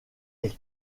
est